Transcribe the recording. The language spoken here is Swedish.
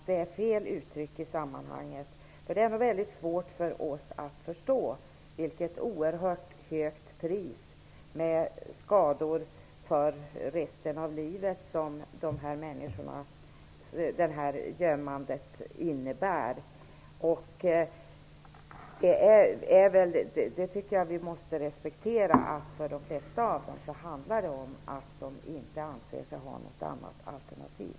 Det är fel uttryck i sammanhanget, för det är nog väldigt svårt för oss att förstå vilket oerhört högt pris, med skador för resten av livet, som det här gömmandet innebär. Jag tycker att vi måste respektera att för de flesta av dem handlar det om att de inte anser sig ha något annat alternativ.